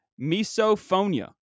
misophonia